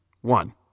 One